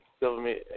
Government